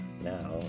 now